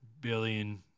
billion